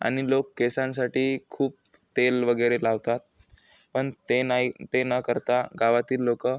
आणि लोक केसांसाठी खूप तेल वगैरे लावतात पण ते नाही ते न करता गावातील लोक